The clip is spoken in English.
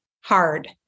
hard